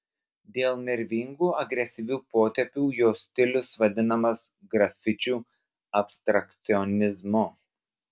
dėl nervingų agresyvių potėpių jo stilius vadinamas grafičių abstrakcionizmu